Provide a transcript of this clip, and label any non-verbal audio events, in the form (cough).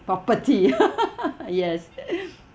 property (laughs) yes (laughs)